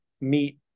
meet